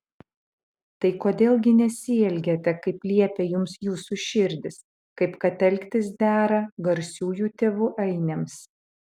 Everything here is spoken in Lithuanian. tai kodėl gi nesielgiate kaip liepia jums jūsų širdys kaip kad elgtis dera garsiųjų tėvų ainiams